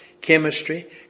chemistry